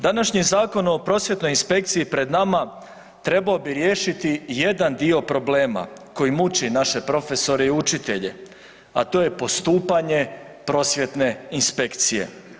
Današnji Zakon o prosvjetnoj inspekciji pred nama trebao bi riješiti jedan dio problema koji muči naše profesore i učitelje, a to je postupanje prosvjetne inspekcije.